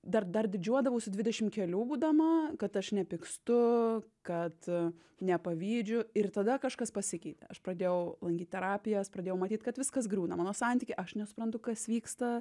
dar dar didžiuodavausi dvidešim kelių būdama kad aš nepykstu kad nepavydžiu ir tada kažkas pasikeitė aš pradėjau lankyt terapijas pradėjau matyt kad viskas griūna mano santykiai aš nesuprantu kas vyksta